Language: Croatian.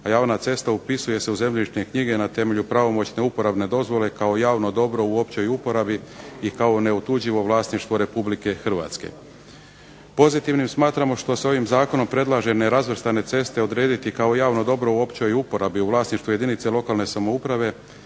a javna cesta upisuje u zemljišne knjige na temelju pravomoćne uporabne dozvole kao javno dobro u općoj uporabi i kao neotuđivo vlasništvo Republike Hrvatske. Pozitivnim smatramo što se ovim Zakonom predlaže nerazvrstane ceste odrediti kao javno dobro u općoj uporabi u vlasništvu jedinice lokalne samouprave